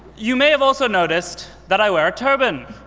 you may have also noticed that i wear a turban.